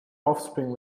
offspring